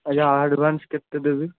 ଆଜ୍ଞା ଆଡ଼ଭାନ୍ସ କେତେ ଦେବି